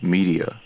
Media